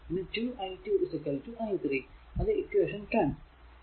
ഇനി 2 i2 i3 അത് equation 10